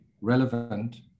relevant